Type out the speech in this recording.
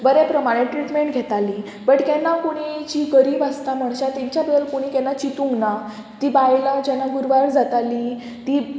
बऱ्या प्रमाणें ट्रिटमेंट घेतालीं बट केन्ना कोणी जी गरीब आसता म्हणश्या तांच्या बद्दल कोणी केन्ना चितूंक ना तीं बायलां जेन्ना गुरवार जातालीं तीं